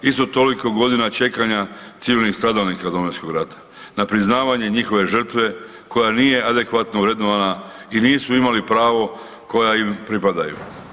Isto toliko godina čekanja civilnih stradalnika Domovinskog rata na priznavanje njihove žrtve koja nije adekvatno vrednovana i nisu imali prava koja im pripadaju.